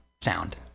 sound